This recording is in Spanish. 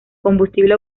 combustible